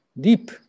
deep